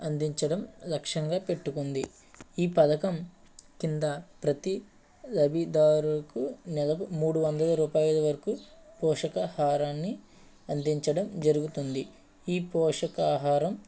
అందించడం లక్ష్యంగా పెట్టుకుంది ఈ పథకం కింద ప్రతి లబ్దిదారుకు నెలకు మూడు వందల రూపాయల వరకు పోషకాహారాన్ని అందించడం జరుగుతుంది ఈ పోషకాహారం